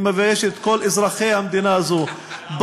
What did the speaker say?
היא מביישת את כל אזרחי המדינה הזאת.